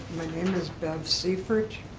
my name is bev seifert,